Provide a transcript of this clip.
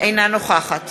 אינה נוכחת